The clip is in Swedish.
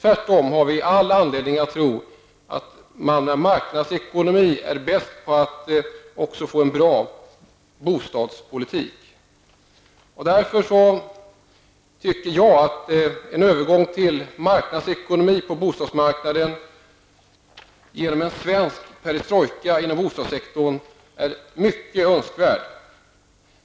Tvärtom har vi all anledning att tro att marknadsekonomi är bäst för en bra bostadspolitik. Därför tycker jag att en övergång till marknadsekonomi på bostadsmarknaden -- en svensk perestrojka inom bostadssektorn -- är mycket önskvärd.